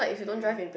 ya